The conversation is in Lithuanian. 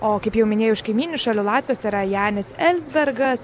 o kaip jau minėjau iš kaimyninių šalių latvijos yra janis elsbergas